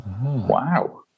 Wow